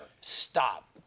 Stop